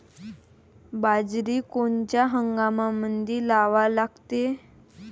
बाजरी कोनच्या हंगामामंदी लावा लागते?